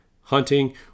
hunting